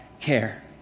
care